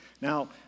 Now